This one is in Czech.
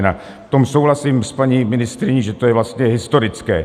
V tom souhlasím s paní ministryní, že to je vlastně historické.